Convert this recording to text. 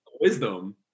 wisdom